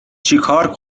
چیکار